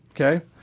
okay